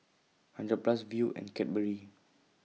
hundred Plus Viu and Cadbury